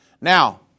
Now